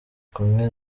kumwe